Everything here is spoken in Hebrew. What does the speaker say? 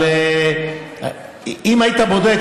אבל אם היית בודק,